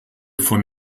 von